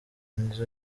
nizzo